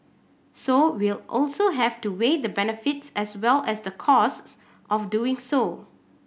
so we'll also have to weigh the benefits as well as the costs of doing so